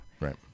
right